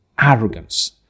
arrogance